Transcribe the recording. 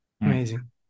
Amazing